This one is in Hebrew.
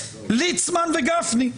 ליצמן וגפני.